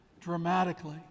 dramatically